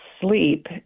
sleep